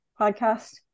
podcast